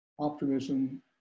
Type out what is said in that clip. optimism